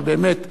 אבל באמת,